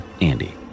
Andy